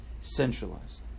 centralized